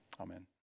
Amen